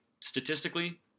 statistically